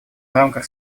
рамках